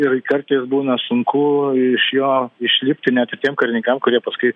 ir kartais būna sunku iš jo išlipti net ir tiem karininkam kurie paskui